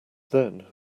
then